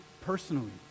personally